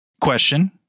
question